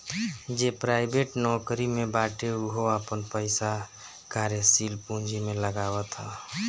जे प्राइवेट नोकरी में बाटे उहो आपन पईसा कार्यशील पूंजी में लगावत हअ